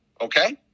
Okay